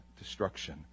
destruction